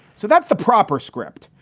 so that's the proper script.